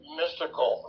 mystical